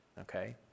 Okay